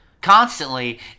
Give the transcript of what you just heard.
Constantly